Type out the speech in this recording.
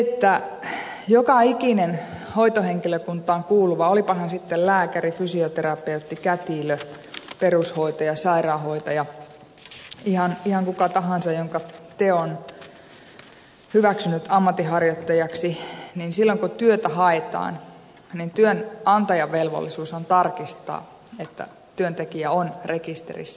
joka ikisestä hoitohenkilökuntaan kuuluvasta olipa hän sitten lääkäri fysioterapeutti kätilö perushoitaja sairaanhoitaja ihan kuka tahansa jonka teo on hyväksynyt ammatinharjoittajaksi silloin kun työtä haetaan työnantajan velvollisuus on tarkistaa että työntekijä on rekisterissä